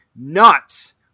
nuts